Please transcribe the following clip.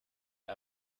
der